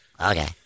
okay